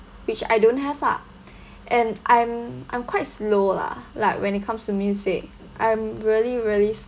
which I don't have ah and I'm I'm quite slow lah like when it comes to music I'm really really